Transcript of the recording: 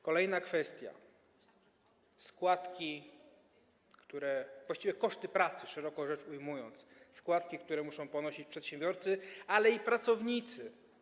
Kolejna kwestia: składki, właściwie koszty pracy, szeroko rzecz ujmując, składki, które muszą płacić przedsiębiorcy i pracownicy.